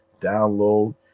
download